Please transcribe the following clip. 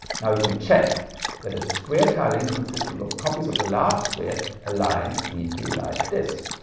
now you can check that a square tiling consisting of copies of the large square aligns neatly like this.